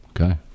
Okay